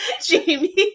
jamie